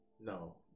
No